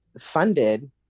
funded